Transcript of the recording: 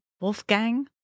Wolfgang